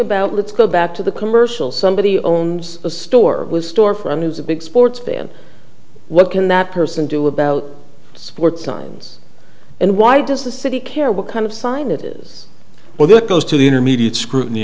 about let's go back to the commercial somebody owns a store with store from who's a big sports fan what can that person do about sports fans and why does the city care what kind of sign it is well that goes to the intermediate scrutiny